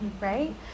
right